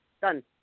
done